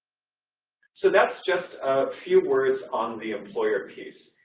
so that's just a few words on the employer piece.